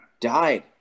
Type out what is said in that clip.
died